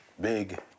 big